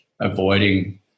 avoiding